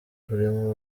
rurimo